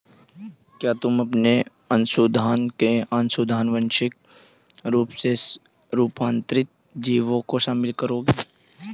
क्या तुम अपने अनुसंधान में आनुवांशिक रूप से रूपांतरित जीवों को शामिल करोगे?